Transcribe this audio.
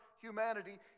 humanity